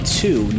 two